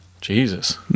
Jesus